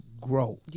grow